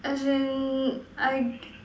as in I